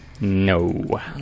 No